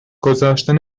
گذاشتن